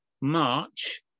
March